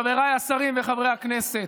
חבריי השרים וחברי הכנסת,